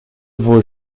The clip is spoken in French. vos